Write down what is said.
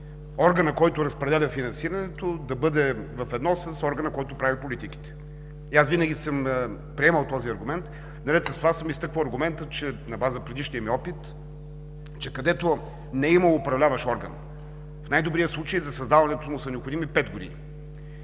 органът, който разпределя финансирането, да бъде ведно с органа, който прави политиките. Аз винаги съм приемал този аргумент, но наред с това съм изтъквал аргумента на база на предишния ми опит, че където не е имало управляващ орган, в най-добрия случай за създаването му са необходими пет години.